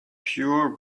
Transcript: pure